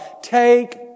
take